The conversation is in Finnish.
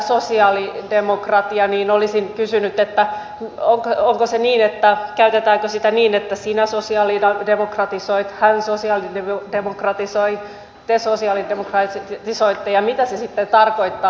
vielä tästä verbistä sosialidemokratia olisin kysynyt että onko se niin että sitä käytetään niin että sinä sosialidemokratisoit hän sosialidemokratisoi te sosialidemokratisoitte ja mitä se sitten tarkoittaa